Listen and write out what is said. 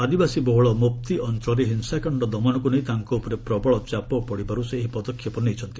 ଆଦିବାସୀ ବହୁଳ ମୋପ୍ତି ଅଞ୍ଚଳରେ ହିଂସାକାଣ୍ଡ ଦମନକୁ ନେଇ ତାଙ୍କ ଉପରେ ପ୍ରବଳ ଚାପ ପଡିବାରୁ ସେ ଏହି ପଦକ୍ଷେପ ନେଇଛନ୍ତି